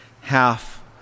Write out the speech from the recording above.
half